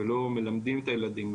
ולא מלמדים את הילדים.